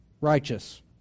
righteous